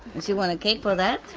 and she wants a cake for that?